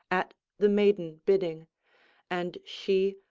at the maiden bidding and she,